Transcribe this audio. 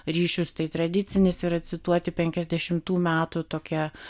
ryšius tai tradicinis yra cituoti penkiasdešimtų metų tokią